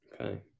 Okay